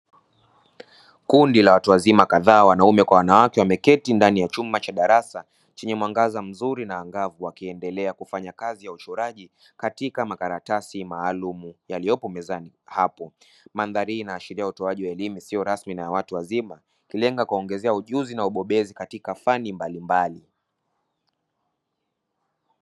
Kundi la watu wazima kadhaa, wanaume kwa wanawake, wameketi ndani ya chumba cha darasa chenye mwangaza mzuri na angavu wakiendelea kufanya kazi ya uchoraji katika makaratasi maalumu yaliyopo mezani hapo. Mandhari hii inaashiria utoaji wa elimu isiyo rasmi ya watu wazima, ikilenga kuwaongezea ujuzi na ubobezi katika fani mbalimbali.